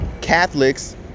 Catholics